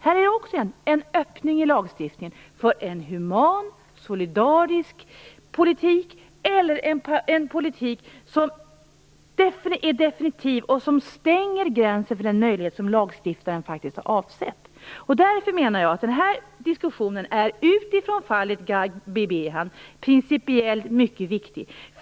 Här finns det också en öppning i lagstiftningen för en human och solidarisk politik i motsats till en politik som är definitiv och stänger gränsen för den möjlighet som lagstiftaren faktiskt har avsett skall finnas. Därför menar jag att den här diskussionen utifrån fallet Gabi Behan är principiellt mycket viktig.